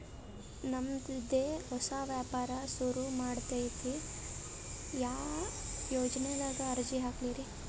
ನಮ್ ದೆ ಹೊಸಾ ವ್ಯಾಪಾರ ಸುರು ಮಾಡದೈತ್ರಿ, ಯಾ ಯೊಜನಾದಾಗ ಅರ್ಜಿ ಹಾಕ್ಲಿ ರಿ?